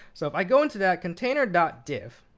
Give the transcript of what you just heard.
so if i go into that container dot div,